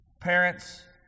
Parents